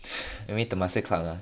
you mean temasek club ah